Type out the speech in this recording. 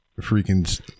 freaking